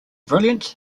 brilliant